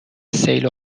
سیل